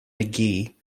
mcgee